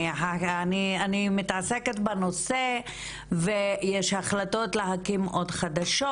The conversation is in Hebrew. אני מתעסקת בנושא ויש החלטות להקים עוד חדשות,